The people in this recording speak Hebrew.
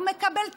הוא מקבל תקציב.